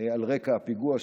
על רקע הפיגוע,